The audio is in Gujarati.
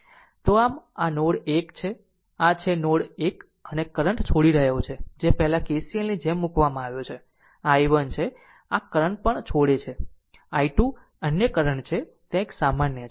તો આમ આ છે આ r નોડ 1 છે આ છે r નોડ 1 એક કરંટ છોડી રહ્યો છે જે પહેલા KCLની જેમ મુકવામાં આવ્યો છે આ i1 છે આ કરંટ પણ આ છોડે છે i 2 અન્ય કરંટ છે ત્યાં આ એક સામાન્ય છે